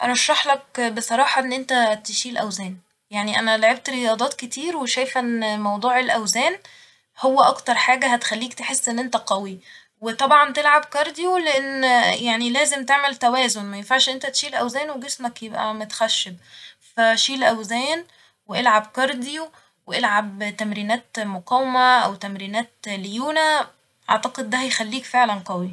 أرشحلك بصراحة ان انت تشيل اوزان ، يعني أنا لعبت رياضات كتير وشايفه ان موضوع الاوزان هو اكتر حاجة هتخليك تحس ان انت قوي ، وطبعا تلعب كارديو لان يعني لازم تعمل توازن ، مينفعش تشيل اوزان وجسمك يبقى متخشب ف شيل اوزان و العب كارديو و العب تمرينات مقاومة او تمرينات ليونة اعتقد ده هيخليك فعلا قوي